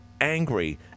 angry